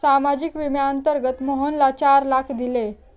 सामाजिक विम्याअंतर्गत मोहनला चार लाख दिले